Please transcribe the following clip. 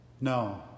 No